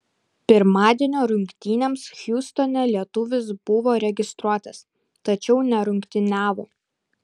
pirmadienio rungtynėms hjustone lietuvis buvo registruotas tačiau nerungtyniavo